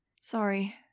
Sorry